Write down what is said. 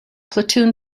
platoon